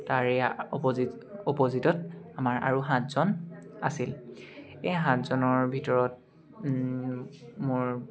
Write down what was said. তাৰে অপ'জিট অপ'জিটত আমাৰ আৰু সাতজন আছিল এই সাতজনৰ ভিতৰত মোৰ